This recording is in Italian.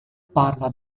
parla